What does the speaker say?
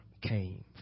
came